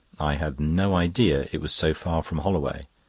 i had no idea it was so far from holloway.